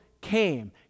came